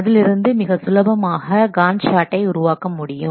அதிலிருந்து மிக சுலபமாக காண்ட் சார்ட்டை உருவாக்க முடியும்